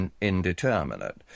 indeterminate